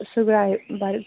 सगळं आहे बाहेरचं